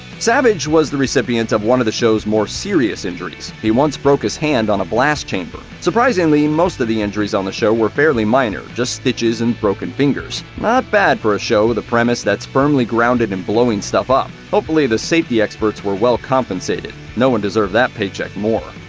savage was the recipient of one of the show's more serious injuries he once broke his hand on a blast chamber. surprisingly, most of the injuries on the show were fairly minor, just stitches and broken fingers. not bad for a show with a premise that's firmly grounded in blowing stuff up. hopefully, the safety experts were well-compensated. no one deserved that paycheck more.